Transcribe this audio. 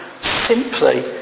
simply